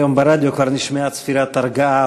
היום ברדיו כבר נשמעה צפירת הרגעה,